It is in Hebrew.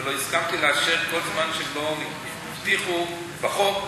ולא הסכמתי לאשר כל זמן שלא הבטיחו בחוק,